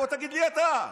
בוא תגיד לי אתה.